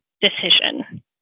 decision